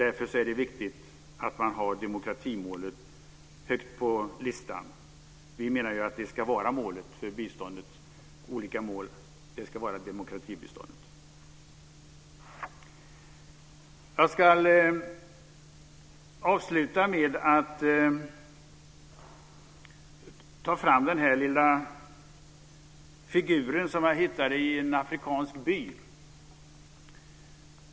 Därför är det viktigt att man har demokratimålet högt på listan. Jag ska avsluta med att ta fram en liten figur som jag hittade i en afrikansk by.